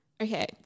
Okay